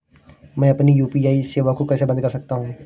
मैं अपनी यू.पी.आई सेवा को कैसे बंद कर सकता हूँ?